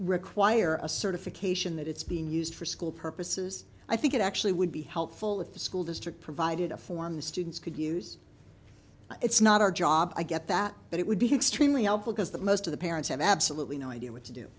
require a certification that it's being used for school purposes i think it actually would be helpful if the school district provided a form the students could use it's not our job i get that but it would be extremely helpful because the most of the parents have absolutely no idea what to do